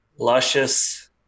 Luscious